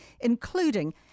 including